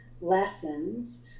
lessons